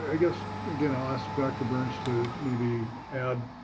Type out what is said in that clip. i guess, again, i'll ask dr. burns to maybe add